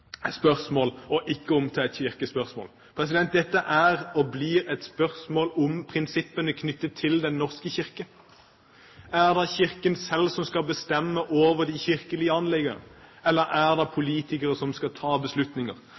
og ikke et kirkespørsmål. Dette er og blir et spørsmål om prinsippene knyttet til Den norske kirke. Er det Kirken selv som skal bestemme over de kirkelige anliggender, eller er det politikere som skal ta